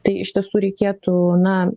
tai iš tiesų reikėtų na